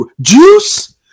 juice